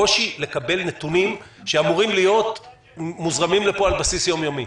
קושי לקבל נתונים שאמורים להיות מוזרמים לפה על בסיס יום-יומי.